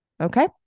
Okay